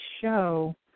show